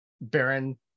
Baron